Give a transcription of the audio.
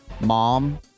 Mom